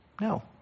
No